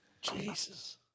Jesus